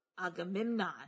Agamemnon